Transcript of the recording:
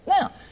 Now